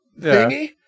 thingy